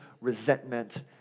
resentment